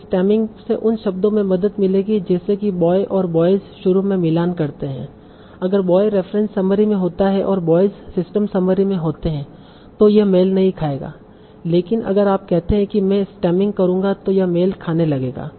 तो स्टेमिंग से उन शब्दों में मदद मिलेगी जैसे कि बॉय और बॉयज शुरू में मिलान करते है अगर बॉय रेफ़रेंस समरी में होता है और बॉयज सिस्टम समरी में होते हैं तों यह मेल नहीं खाएगा लेकिन अगर आप कहते हैं कि मैं स्टेमिंग करूंगा तो यह मेल खाने लगेगा